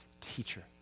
teacher